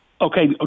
Okay